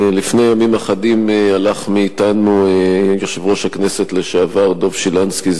לפני ימים אחדים הלך מאתנו יושב-ראש הכנסת לשעבר דב שילנסקי,